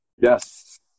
yes